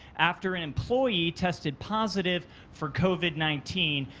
after an employee tested positive for covid nineteen.